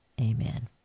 amen